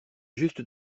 juste